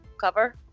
cover